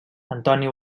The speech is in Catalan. antoni